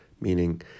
meaning